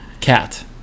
Cat